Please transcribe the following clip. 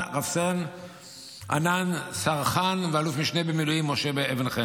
רב-סרן ענאן סרחאן ואלוף משנה במילואים משה אבן חן,